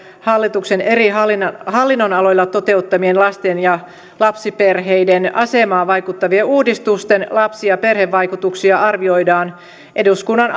hallituksen eri hallinnon hallinnon aloilla toteuttamien lasten ja lapsiperheiden asemaan vaikuttavien uudistusten lapsi ja perhevaikutuksia arvioidaan eduskunnan